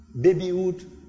babyhood